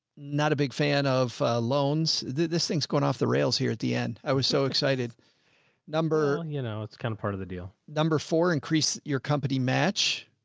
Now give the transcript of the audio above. not a big fan of loans. this thing's going off the rails here at the end. i so excited number, you know, it's kind of part of the deal. number four, increase your company match.